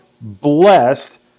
blessed